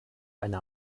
eine